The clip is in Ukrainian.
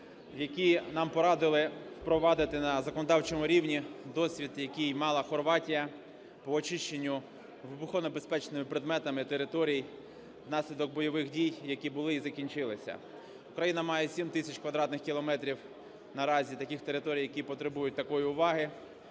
які нам порадили впровадити на законодавчому рівні досвід, який мала Хорватія, по очищенню від вибухонебезпечних предметів територій внаслідок бойових дій, які були і закінчилися. Україна має 7 тисяч квадратних кілометрів наразі таких територій, які потребують такої уваги.